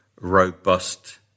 robust